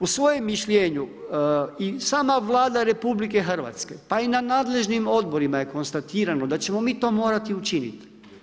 U svome mišljenju i sama Vlada RH, pa i na nadležnim odborima je konstatiramo da ćemo mi to morati učiniti.